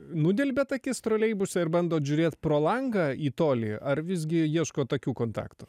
nudelbiat akis troleibuse ir bandot žiūrėt pro langą į tolį ar visgi ieškot akių kontakto